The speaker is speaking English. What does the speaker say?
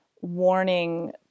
warning